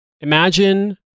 Imagine